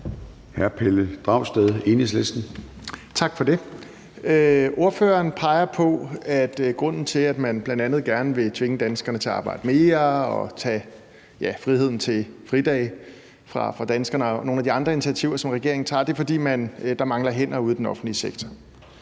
10:11 Pelle Dragsted (EL): Tak for det. Ordføreren peger på, at grunden til, at man bl.a. gerne vil tvinge danskerne til at arbejde mere og vil tage friheden til fridage fra danskerne, og nogle af de andre initiativer, som regeringen tager, er, at der mangler hænder ude i den offentlige sektor.